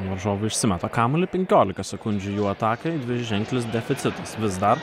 varžovai užsimeta kamuolį penkiolika sekundžių jų atakai dviženklis deficitas vis dar